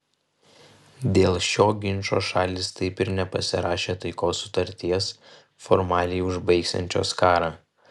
dėl šio ginčo šalys taip ir nepasirašė taikos sutarties formaliai užbaigsiančios karą